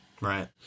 Right